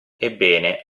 ebbene